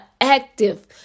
active